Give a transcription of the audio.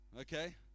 Okay